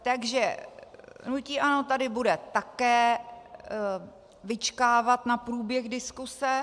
Takže hnutí ANO tady bude také vyčkávat na průběh diskuse.